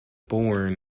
born